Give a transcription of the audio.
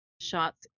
shots